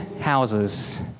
houses